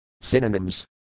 Synonyms